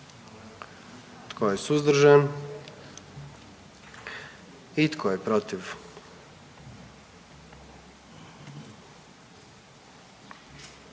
Tko je suzdržan? I tko je protiv?